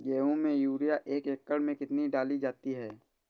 गेहूँ में यूरिया एक एकड़ में कितनी डाली जाती है?